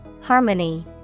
Harmony